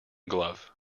glove